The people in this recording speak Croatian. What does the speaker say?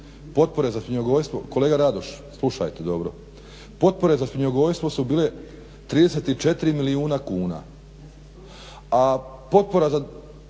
potpore za svinjogojstvo su bile 34 milijuna kuna.